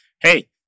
hey